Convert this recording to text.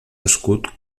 escut